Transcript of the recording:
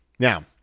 Now